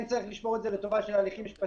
כן צריך לשמור את זה לטובת הליכים משפטיים,